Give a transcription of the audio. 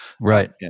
right